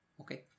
Okay